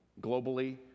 globally